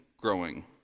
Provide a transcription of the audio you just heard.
growing